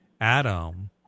Adam